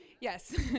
yes